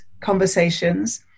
conversations